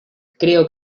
creo